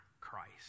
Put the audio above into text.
Christ